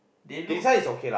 they look